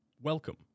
Welcome